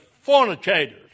fornicators